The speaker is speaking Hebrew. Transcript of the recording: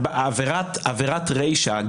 עבירת רישה,